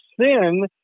sin